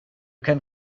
can